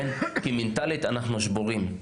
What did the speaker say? כי מנטלית אנחנו שבורים.